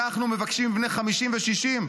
אנחנו מבקשים בני 50 ו-60,